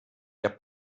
der